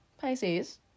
Pisces